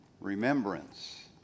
remembrance